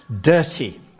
dirty